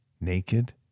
naked